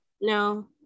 no